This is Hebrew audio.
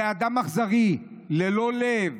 זה אדם אכזרי, ללא לב.